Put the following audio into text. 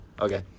okay